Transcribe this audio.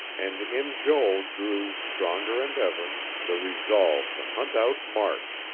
and in joel grew, stronger and ever, the resolve to hunt out mark,